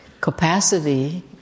capacity